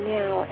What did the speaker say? now